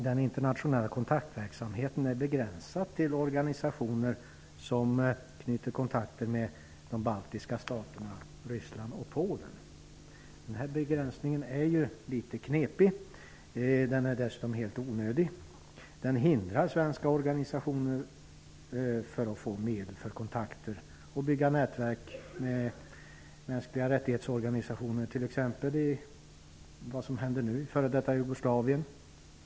Den internationella kontaktverksamheten är begränsad till organisationer som knyter kontakter med de baltiska staterna, Ryssland och Polen. Den begränsningen är litet knepig. Den är dessutom helt onödig, och den hindrar svenska organisationer att få medel för att bygga nätverk med mänskligarättighetsorganisationer. Det gäller t.ex. vad som händer nu i f.d. Jugoslavien.